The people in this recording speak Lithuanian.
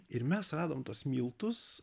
ir mes radom tuos miltus